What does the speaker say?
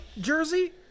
jersey